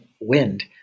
wind